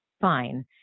fine